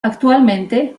actualmente